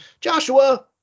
Joshua